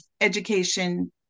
education